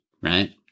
right